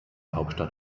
hauptstadt